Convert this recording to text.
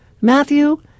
Matthew